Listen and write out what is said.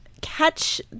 catch